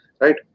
right